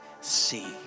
see